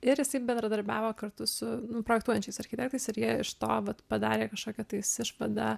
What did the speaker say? ir jisai bendradarbiavo kartu su nu projektuojančiais architektais ir jei iš to padarė kažkokią tais išvadą